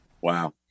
wow